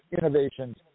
innovations